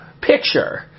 picture